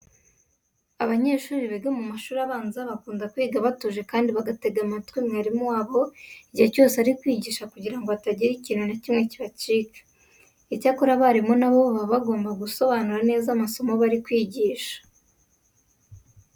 Abanyeshuri biga mu mashuri abanza bakunda kwiga batuje kandi bagatega amatwi mwarimu wabo igihe cyose ari kwigisha kugira ngo hatagira ikintu na kimwe kibacika. Icyakora abarimu na bo baba bagomba gusobanura neza amasomo bari kwigisha.